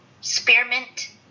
spearmint